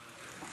חבר